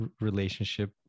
relationship